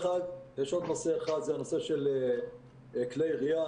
יש עוד נושא אחד, הנושא של כלי ירייה.